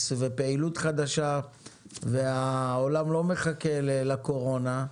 ופעילות חדשה והעולם לא מחכה לקורונה.